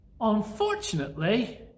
Unfortunately